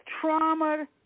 Trauma